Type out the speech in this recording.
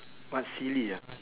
what silly ah